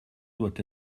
doit